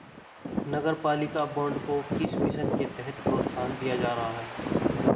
नगरपालिका बॉन्ड को किस मिशन के तहत प्रोत्साहन दिया जा रहा है?